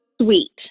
sweet